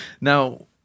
Now